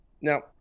Now